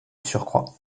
surcroît